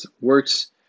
works